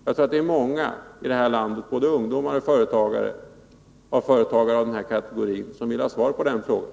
Jag tror att det är många i detta land, både ungdomar och företagare av den här kategorin, som vill ha ett svar på den frågan.